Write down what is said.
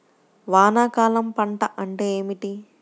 వానాకాలం పంట అంటే ఏమిటి?